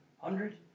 hundred